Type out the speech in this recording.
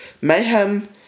Mayhem